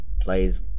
Plays